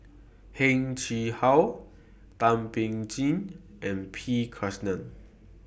Heng Chee How Thum Ping Tjin and P Krishnan